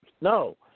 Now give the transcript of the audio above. No